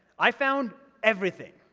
i found everything.